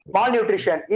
Malnutrition